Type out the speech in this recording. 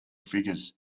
figures